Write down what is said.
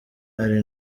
ari